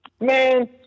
Man